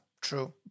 true